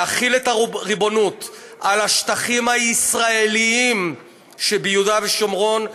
להחיל את הריבונות על השטחים הישראליים שביהודה ושומרון,